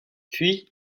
puis